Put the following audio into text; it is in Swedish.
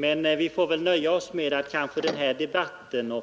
Men vi får väl nöja oss med statsrådets uttalanden, gjorda här i debatten nu